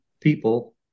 people